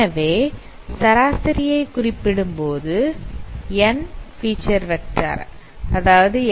எனவே சராசரியை குறிப்பிடும்போது N feature vector X1 X2